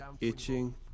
itching